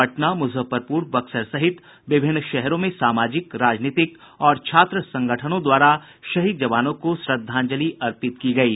पटना मुजफ्फरपुर बक्सर सहित विभिन्न शहरों में सामाजिक राजनीतिक और छात्र संगठनों द्वारा शहीद जवानों को श्रद्धांजलि अर्पित की गयी